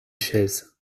chaise